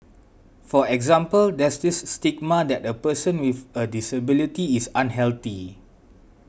for example there's this stigma that a person with a disability is unhealthy